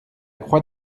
croix